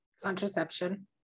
Contraception